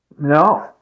no